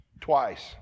twice